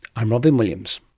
i'm robyn williams